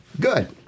Good